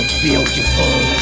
beautiful